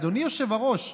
אדוני היושב-ראש,